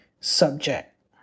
subject